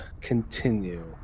continue